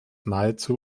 nahezu